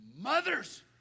mothers